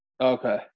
Okay